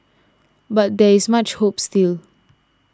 but there is much hope still